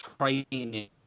training